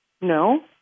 No